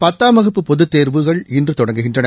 பத்தாம் வகுப்பு பொதுத்தேர்வுகள் இன்று தொடங்குகின்றன